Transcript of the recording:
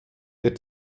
der